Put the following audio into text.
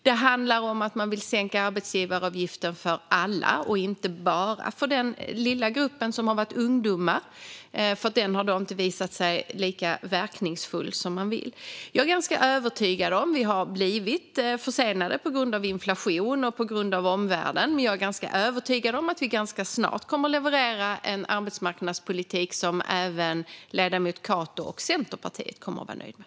Det handlar om att man vill sänka arbetsgivaravgifterna för alla och inte bara för den lilla gruppen ungdomar, eftersom det inte har visat sig vara lika verkningsfullt som man vill. Vi har blivit försenade på grund av inflationen och på grund av omvärlden, men jag är ganska övertygad om att vi snart kommer att leverera en arbetsmarknadspolitik som även ledamoten Cato och Centerpartiet kommer att vara nöjda med.